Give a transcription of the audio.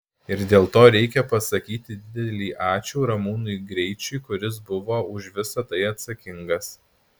ir dėl to reikia pasakyti didelį ačiū ramūnui greičiui kuris buvo už visa tai atsakingas